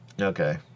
Okay